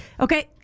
Okay